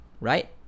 right